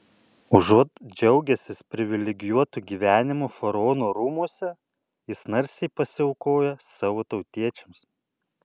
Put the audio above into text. užuot džiaugęsis privilegijuotu gyvenimu faraono rūmuose jis narsiai pasiaukoja savo tautiečiams